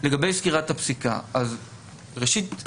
לגבי סקירת הפסיקה ראשית,